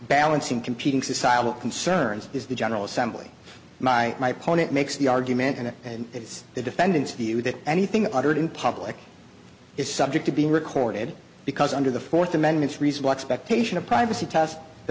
balancing competing societal concerns is the general assembly my own it makes the argument and and it's the defendant's view that anything uttered in public is subject to being recorded because under the fourth amendment reasonable expectation of privacy test the